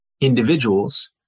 individuals